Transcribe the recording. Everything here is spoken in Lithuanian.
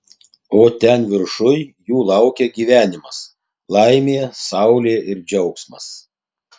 o ten viršuj jų laukia gyvenimas laimė saulė ir džiaugsmas